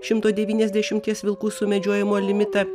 šimto devyniasdešimties vilkų sumedžiojimo limitą